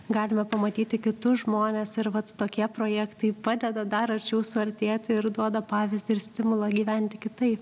galima pamatyti kitus žmones ir vat tokie projektai padeda dar arčiau suartėti ir duoda pavyzdį ir stimulą gyventi kitaip